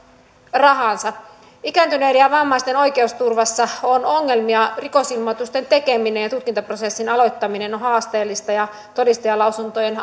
rahansa ikääntyneiden ja vammaisten oikeusturvassa on ongelmia rikosilmoitusten tekeminen ja tutkintaprosessin aloittaminen on haasteellista ja todistajalausuntojen